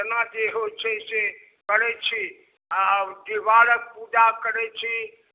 जेना जे होइ छै से करै छी आओर डिहबारक पूजा करै छी